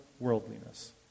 worldliness